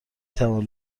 توانید